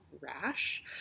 Rash